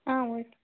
ஆ okay